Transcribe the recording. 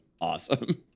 awesome